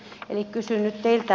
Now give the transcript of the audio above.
eli kysyn nyt teiltä